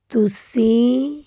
ਤੁਸੀਂ